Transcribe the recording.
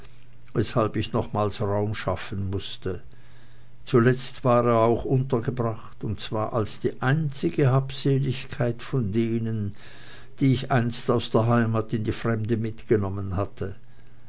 weshalb ich nochmals raum schaffen mußte zuletzt war auch er untergebracht und zwar als die einzige habseligkeit von denen die ich einst aus der heimat in die fremde mitgenommen hatte